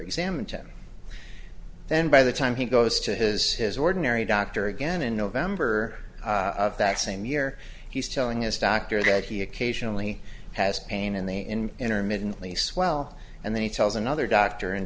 him then by the time he goes to his his ordinary doctor again in november of that same year he's telling his doctor that he occasionally has pain in the in intermittently swell and then he tells another doctor in